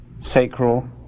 sacral